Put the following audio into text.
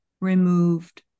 removed